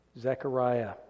Zechariah